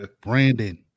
Brandon